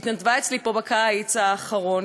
שהתנדבה אצלי פה בקיץ האחרון.